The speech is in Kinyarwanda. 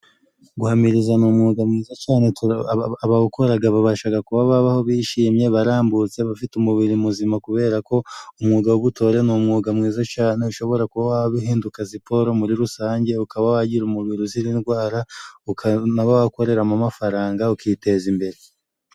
Guhamiriza ni umwuga mwiza cane abawukoraga babashaga kuba babaho bishimye, barambutsa bafite umubiri muzima kuberako umwuga w'ubutore ni umwuga mwiza cane ushobora kuba wahinduka siporo muri rusange ukaba wagira umubiri uzira indwara, ukanaba wakoreramo amafaranga ukiteza imbere.